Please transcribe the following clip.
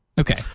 okay